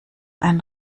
ein